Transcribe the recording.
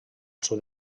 sud